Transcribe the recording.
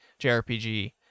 JRPG